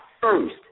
first